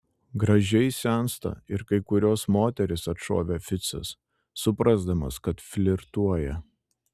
gražiai sensta ir kai kurios moterys atšovė ficas suprasdamas kad flirtuoja